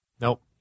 Nope